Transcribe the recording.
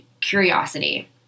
curiosity